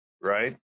right